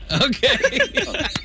Okay